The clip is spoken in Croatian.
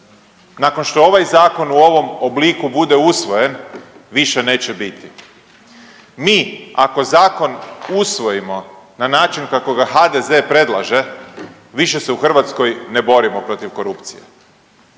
nakon što ovaj zakon u ovom obliku bude usvojen više neće biti. Mi ako zakon usvojimo na način kako ga HDZ predlaže više se u Hrvatskoj ne borimo protiv korupcije.